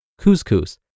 couscous